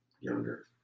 younger